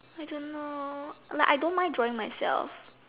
I don't know like I don't mind drawing myself